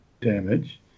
damage